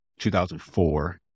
2004